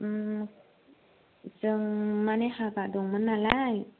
जों मानि हाबा दंमोननालाय